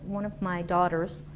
one of my daughters,